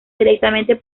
directamente